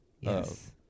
yes